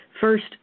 First